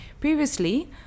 Previously